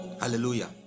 Hallelujah